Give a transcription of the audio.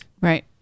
Right